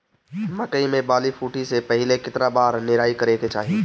मकई मे बाली फूटे से पहिले केतना बार निराई करे के चाही?